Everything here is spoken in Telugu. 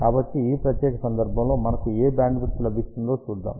కాబట్టి ఈ ప్రత్యేక సందర్భంలో మనకు ఏ బ్యాండ్విడ్త్ లభించిందో చూద్దాం